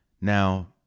Now